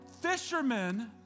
Fishermen